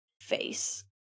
face